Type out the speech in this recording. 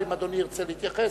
ואם אדוני ירצה להתייחס,